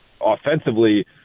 offensively